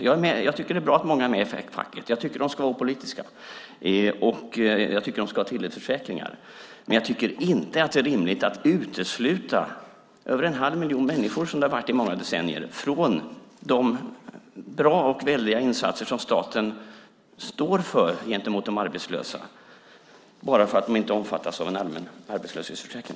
Jag tycker att det är bra att många är med i facket. Jag tycker att de ska vara opolitiska, och jag tycker att de ska ha tilläggsförsäkringar. Men det är inte rimligt att utesluta över en halv miljon människor - som det har varit under många decennier - från de bra och väldiga insatser som staten gör gentemot de arbetslösa bara för att de inte omfattas av en allmän arbetslöshetsförsäkring.